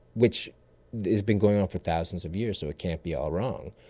which has been going on for thousands of years so it can't be all wrong.